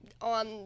on